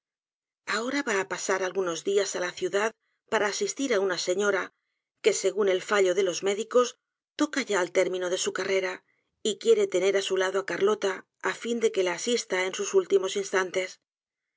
va á pasar algunos diias á la ciudad para asistir á una señora que según el fallo de los médicos toca ya al término de su carrera y quiere tener á su lado á carlota á fin de que la asista en sus últimos instantes